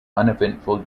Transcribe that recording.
uneventful